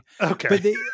okay